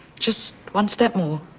just one step more,